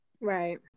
Right